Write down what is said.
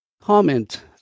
comment